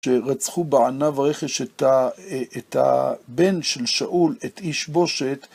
שרצחו בעניו הרכש את הבן של שאול, את איש בושת.